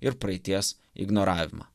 ir praeities ignoravimą